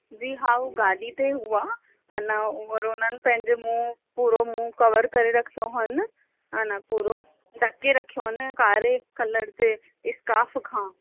जी हा उहे गाॾी ते हुआ अञा और उन्हनि पंहिंजो मुंहुं पूरो मुंहं कवर करे रखियो हुअनि अन पूरो ढके रखियो हुअनि कारे कलर इस्काफ़ खां